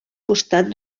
costat